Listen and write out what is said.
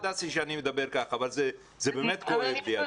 דסי, סליחה שאני מדבר כך, אבל זה באמת כואב לי.